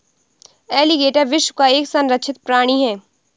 alligator विश्व का एक संरक्षित प्राणी है